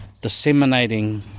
disseminating